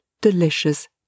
delicious